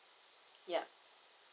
yup